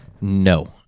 No